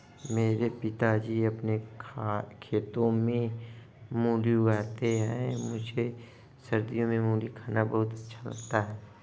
मेरे पिताजी अपने खेतों में मूली उगाते हैं मुझे सर्दियों में मूली खाना बहुत अच्छा लगता है